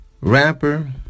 rapper